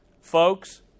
Folks